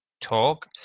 talk